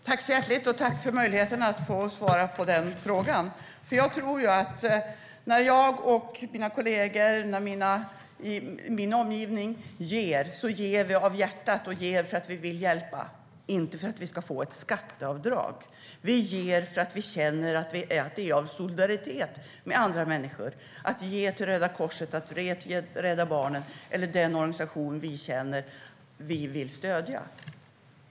Herr talman! Tack så hjärtligt för möjligheten att få svara på den frågan! Jag tror att när jag, mina kollegor och min omgivning ger så ger vi av hjärtat för att vi vill hjälpa, inte för att vi ska få ett skatteavdrag. Vi ger av solidaritet med andra människor. Vi ger till Röda Korset, vi ger till Rädda Barnen eller till den organisation som vi känner att vi vill stödja.